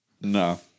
No